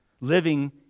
living